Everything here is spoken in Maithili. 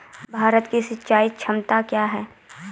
भारत की सिंचाई क्षमता क्या हैं?